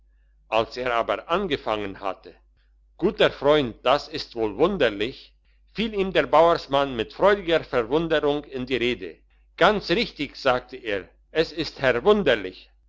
als er aber angefangen hatte guter freund das ist wohl wunderlich fiel ihm der bauersmann mit freudiger verwunderung in die rede ganz richtig sagte er es ist